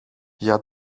για